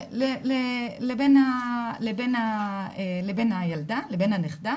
לבין הילדה, לבין הנכדה.